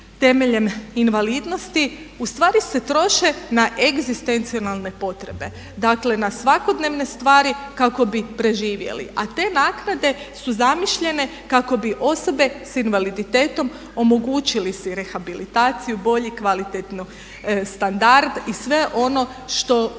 temeljem invalidnosti u stvari se troše na egzistencijalne potrebe. Dakle, na svakodnevne stvari kako bi preživjeli. A te naknade su zamišljene kako bi osobe s invaliditetom omogućili si rehabilitaciju, bolji kvalitetniji standard i sve ono što ustvari